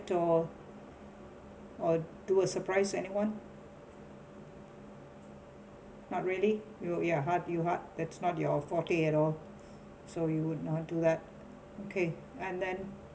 or or do a surprise anyone not really you ya hard you hard that's not your forte at all so you would not do that okay and then